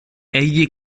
egli